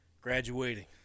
Graduating